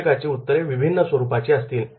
प्रत्येकाची उत्तरे विभिन्न स्वरूपाची असतील